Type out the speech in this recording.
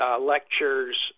lectures